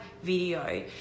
Video